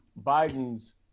Biden's